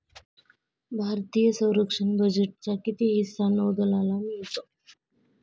भारतीय संरक्षण बजेटचा किती हिस्सा नौदलाला मिळतो?